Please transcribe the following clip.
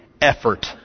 effort